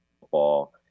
football